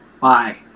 bye